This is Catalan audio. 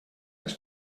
les